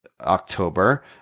October